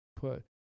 put